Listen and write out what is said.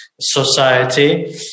society